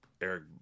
Eric